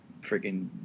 freaking –